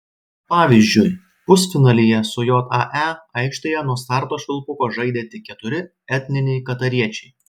pavyzdžiui pusfinalyje su jae aikštėje nuo starto švilpuko žaidė tik keturi etniniai katariečiai